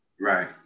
Right